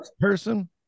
person